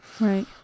right